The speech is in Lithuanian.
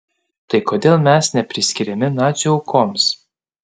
tai kodėl mes nepriskiriami nacių aukoms